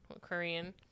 Korean